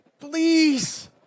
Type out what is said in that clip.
Please